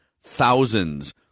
thousands